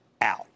out